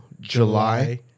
July